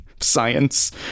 science